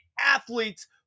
athletes